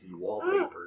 wallpaper